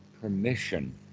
permission